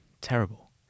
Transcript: terrible